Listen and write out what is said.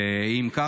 2. אם כך,